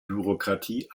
bürokratie